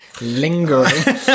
lingering